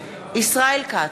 ישראל כץ,